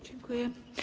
Dziękuję.